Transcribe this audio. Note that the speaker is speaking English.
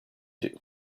you